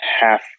half